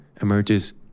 emerges